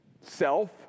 self